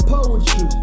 Poetry